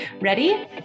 Ready